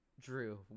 Drew